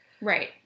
Right